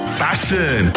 fashion